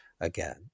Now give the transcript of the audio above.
again